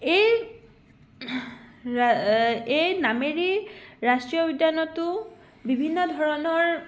এই এই নামেৰি ৰাষ্ট্ৰীয় উদ্যানতো বিভিন্ন ধৰণৰ